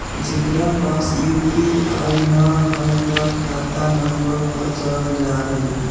जेकरा पास यू.पी.आई न है त खाता नं पर चल जाह ई?